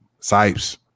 Sipes